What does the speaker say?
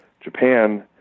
Japan